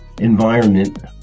environment